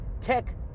tech